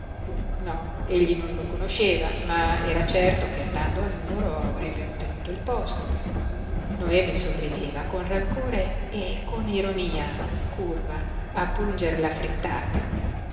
no egli non lo conosceva ma era certo che andando a nuoro avrebbe ottenuto il posto noemi sorrideva con rancore e con ironia curva a punger la frittata